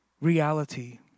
reality